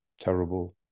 terrible